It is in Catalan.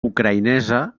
ucraïnesa